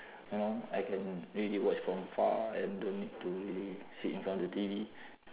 you know I can really watch from far and don't need to really sit in front of the T_V